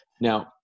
now